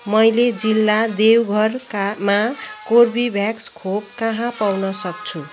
मैले जिल्ला देवघरकामा कर्बेभ्याक्स खोप कहाँ पाउन सक्छु